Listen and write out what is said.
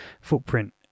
footprint